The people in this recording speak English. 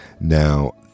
now